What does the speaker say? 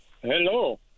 Hello